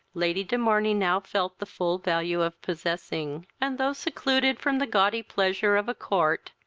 lady de morney now felt the full value of possessing and, though secluded from the gaudy pleasure of a court,